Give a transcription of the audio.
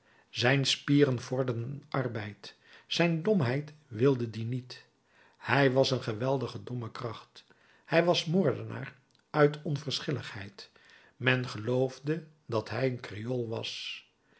zijn spieren vorderden arbeid zijn domheid wilde dien niet hij was een geweldige dommekracht hij was moordenaar uit onverschilligheid men geloofde dat hij een creool was